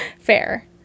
Fair